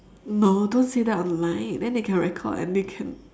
no don't say that online then they can record and they can